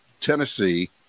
Tennessee